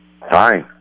Hi